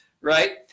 right